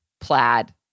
plaid